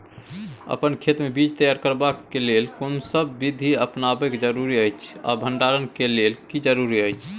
अपन खेत मे बीज तैयार करबाक के लेल कोनसब बीधी अपनाबैक जरूरी अछि आ भंडारण के लेल की जरूरी अछि?